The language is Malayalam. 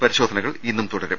പരിശോധനകൾ ഇന്നും തുടരും